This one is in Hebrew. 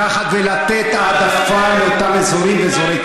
לקחת ולתת העדפה לאותם אזורים ואזורי,